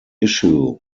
issue